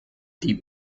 die